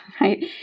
right